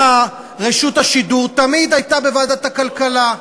סליחה, רשות השידור תמיד הייתה בוועדת הכלכלה.